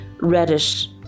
reddish